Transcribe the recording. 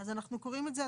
אז אנחנו קוראים את זה,